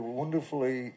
wonderfully